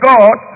God